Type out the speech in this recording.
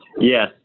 Yes